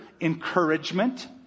encouragement